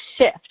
shift